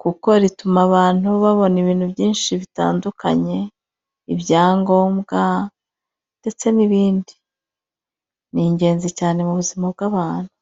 kuko rituma abantu babona ibintu byinshi bitandukanye, ibyangombwa ndetse n'ibindi. Ni ingenzi cyane mu buzima bw'abantu.